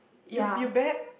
you you bet lah